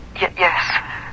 Yes